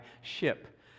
ship